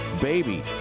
baby